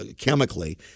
chemically